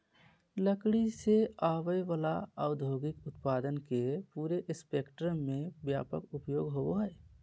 लकड़ी से आवय वला औद्योगिक उत्पादन के पूरे स्पेक्ट्रम में व्यापक उपयोग होबो हइ